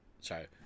sorry